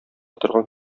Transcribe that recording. торган